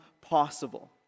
possible